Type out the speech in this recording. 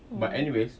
mm